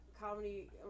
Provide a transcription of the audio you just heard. comedy